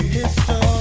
history